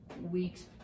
week's